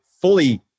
fully